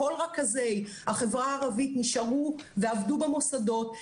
כל רכזי החברה הערבית נשארו ועבדו במוסדות.